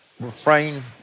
refrain